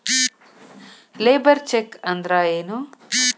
Labour check ಅಂದ್ರ ಏನು?